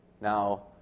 Now